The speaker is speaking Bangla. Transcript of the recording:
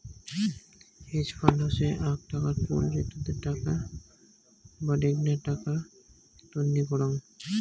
হেজ ফান্ড হসে আক টাকার পুল যেটোতে টাকা বাডেনগ্না টাকা তন্নি করাং